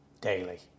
Daily